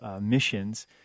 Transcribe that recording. missions